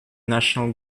national